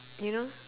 you know